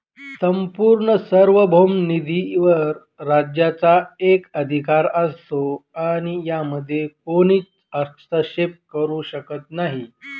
संपूर्ण सार्वभौम निधीवर राज्याचा एकाधिकार असतो आणि यामध्ये कोणीच हस्तक्षेप करू शकत नाही